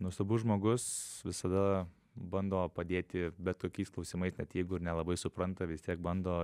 nuostabus žmogus visada bando padėti bet kokiais klausimais net jeigu ir nelabai supranta vis tiek bando